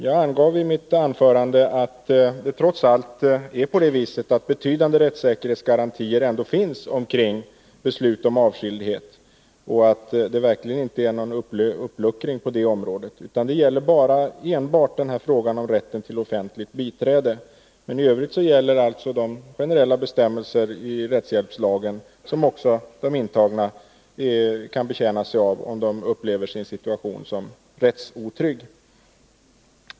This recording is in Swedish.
Jag angav i mitt anförande att betydande rättssäkerhetsgarantier ändå finns kring beslutet om avskiljande. Det är verkligen inte fråga om någon uppluckring av rättssäkerheten. De generella bestämmelserna i rättshjälpslagen gäller ju också för de intagna, och de kan betjäna sig av dem, om de upplever sin situation som rättsotrygg.